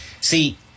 See